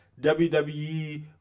wwe